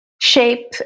shape